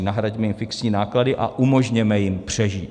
Nahraďme jim fixní náklady a umožněme jim přežít.